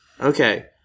Okay